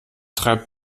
treibt